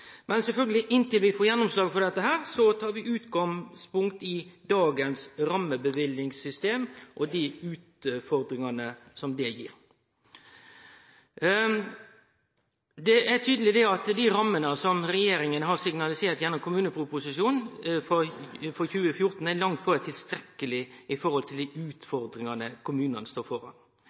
Men inntil vi får gjennomslag for dette, tar vi sjølvsagt utgangspunkt i dagens rammeløyvingssystem og dei utfordringane som det gir. Det er tydeleg at dei rammene som regjeringa har signalisert gjennom kommuneproposisjonen for 2014, langt frå er tilstrekkelege i forhold til dei utfordringane kommunane står